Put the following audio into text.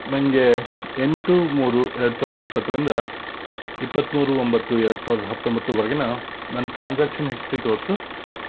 ನನಗೆ ಎಂಟು ಮೂರು ಎರಡು ಸಾವಿರದ ಇಪ್ಪತ್ತರಿಂದ ಇಪ್ಪತ್ತ್ಮೂರು ಒಂಬತ್ತು ಎರಡು ಸಾವಿರದ ಹತ್ತೊಂಬತ್ತರವರೆಗಿನ ನನ್ನ ಟ್ರಾನ್ಸಾಕ್ಷನ್ ಹಿಸ್ಟ್ರಿ ತೋರಿಸು